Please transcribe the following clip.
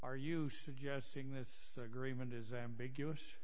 are you suggesting this agreement is ambiguous